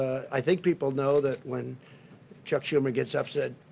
i think people know that when chuck schumer gets upset,